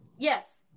Yes